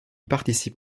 participe